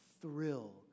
thrill